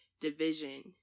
division